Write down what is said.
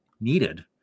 needed